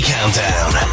Countdown